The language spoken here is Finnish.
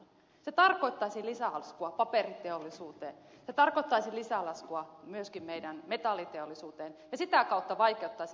se tarkoittaisi lisälaskua paperiteollisuuteen se tarkoittaisi lisälaskua myöskin meidän metalliteollisuuteemme ja sitä kautta vaikeuttaisi meidän yritystemme toimintaedellytyksiä